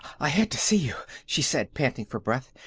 i had to see you, she said, panting for breath.